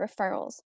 referrals